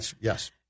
Yes